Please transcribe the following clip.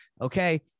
okay